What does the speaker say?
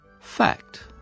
Fact